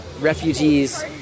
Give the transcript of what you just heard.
refugees